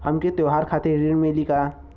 हमके त्योहार खातिर ऋण मिली का?